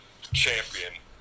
champion